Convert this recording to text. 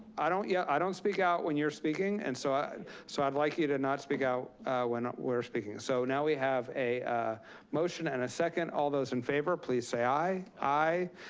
i don't yeah i don't speak out when you're speaking. and so so i'd like you to not speak out when we are speaking. so now we have a motion and a second, all those in favor, please say aye. aye.